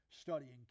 studying